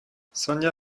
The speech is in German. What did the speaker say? sonja